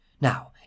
Now